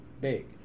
big